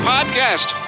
Podcast